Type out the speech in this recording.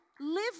live